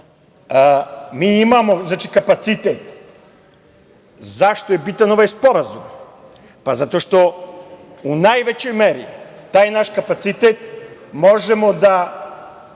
Mi imamo kapacitet.Zašto je bitan ovaj sporazum? Zato što u najvećoj meri taj naš kapacitet možemo da